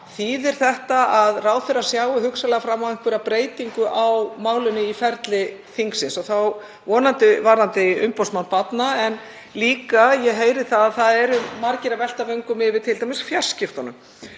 Þýðir þetta að ráðherra sjái hugsanlega fram á einhverja breytingu á málinu í ferli þingsins? Og þá vonandi varðandi umboðsmann barna en ég heyri að margir eru líka að velta vöngum yfir fjarskiptunum.